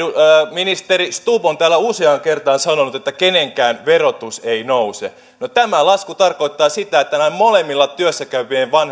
ministeri stubb on täällä useaan kertaan sanonut että kenenkään verotus ei nouse no tämä lasku tarkoittaa sitä että näiden molempien työssä käyvien